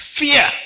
fear